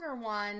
one